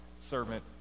servant